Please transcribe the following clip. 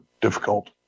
difficult